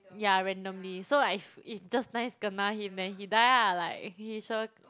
ya randomly so like if just nice kena him then he die ah like he sure